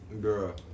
Girl